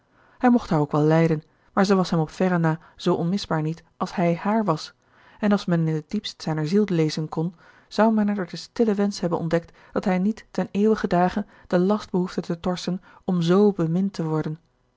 hij mocht haar ook wel lijden maar zij was hem op verre na zoo onmisbaar niet als hij haar was en als men in het diepst zijner ziel lezen kon zou men er den stillen wensch hebben ontdekt dat hij niet ten eeuwigen dage den last behoefde te torschen om z bemind te worden